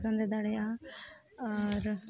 ᱵᱟᱸᱫᱮ ᱫᱟᱲᱮᱭᱟᱜᱼᱟ ᱟᱨ